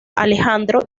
alejandro